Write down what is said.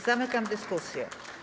Zamykam dyskusję.